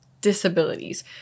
disabilities